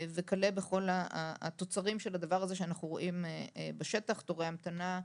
וכאלה בכל התוצרים של הדבר הזה שאנחנו רואים בשטח: תורי המתנה,